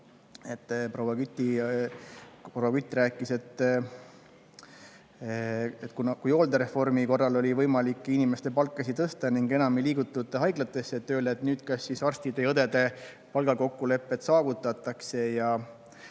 Proua Kütt [küsis], et kui hooldereformi käigus oli võimalik inimeste palkasid tõsta ning enam ei liigutud haiglatesse tööle, siis kas nüüd arstide ja õdede palgakokkulepped saavutatakse, ja